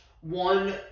one